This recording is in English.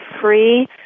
free